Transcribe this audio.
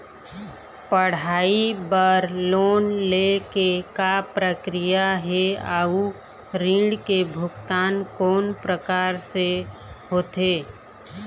पढ़ई बर लोन ले के का प्रक्रिया हे, अउ ऋण के भुगतान कोन प्रकार से होथे?